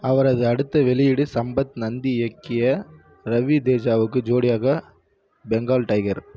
அவரது அடுத்த வெளியீடு சம்பத் நந்தி இயக்கிய ரவி தேஜாவுக்கு ஜோடியாக பெங்கால் டைகர்